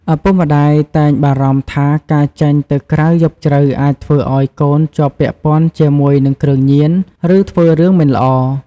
ឪពុកម្តាយតែងបារម្ភថាការចេញទៅក្រៅយប់ជ្រៅអាចធ្វើឱ្យកូនជាប់ពាក់ព័ន្ធជាមួយនឹងគ្រឿងញៀន ឬធ្វើរឿងមិនល្អ។